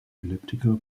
elliptical